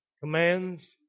commands